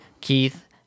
Keith